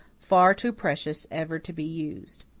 far too precious ever to be used.